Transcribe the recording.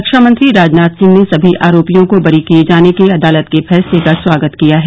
रक्षामंत्री राजनाथ सिंह ने सभी आरोपियों को बरी किए जाने के अदालत के फैसले का स्वागत किया है